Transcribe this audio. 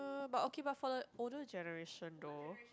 no but okay but for the older generation though